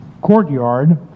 courtyard